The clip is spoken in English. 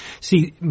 See